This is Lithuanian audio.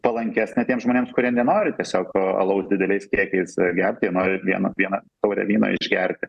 palankesnė tiems žmonėms kurie nenori tiesiog alaus dideliais kiekiais gerti jie nori vieną vieną taurę vyno išgerti